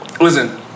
listen